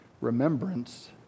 remembrance